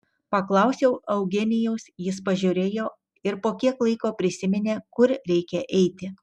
paklausiau eugenijaus jis pažiūrėjo ir po kiek laiko prisiminė kur reikia eiti